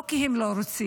לא כי הם לא רוצים,